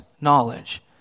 knowledge